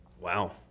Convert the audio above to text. wow